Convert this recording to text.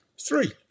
Three